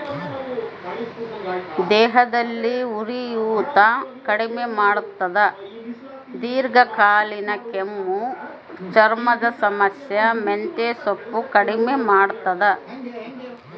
ದೇಹದಲ್ಲಿ ಉರಿಯೂತ ಕಡಿಮೆ ಮಾಡ್ತಾದ ದೀರ್ಘಕಾಲೀನ ಕೆಮ್ಮು ಚರ್ಮದ ಸಮಸ್ಯೆ ಮೆಂತೆಸೊಪ್ಪು ಕಡಿಮೆ ಮಾಡ್ತಾದ